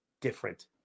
Different